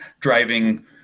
driving